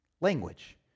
language